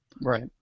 Right